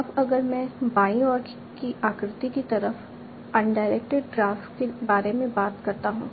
अब अगर मैं बाईं ओर की आकृति की तरह अंडायरेक्टेड ग्राफ़ के बारे में बात करता हूं